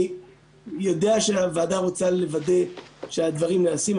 אני יודע שהוועדה רוצה לוודא שהדברים נעשים.